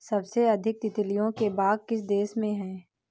सबसे अधिक तितलियों के बाग किस देश में हैं?